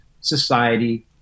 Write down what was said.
society